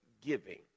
giving